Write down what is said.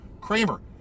Kramer